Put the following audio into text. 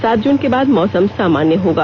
सात जून के बाद मौसम सामान्य रहेगा